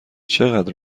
چقدر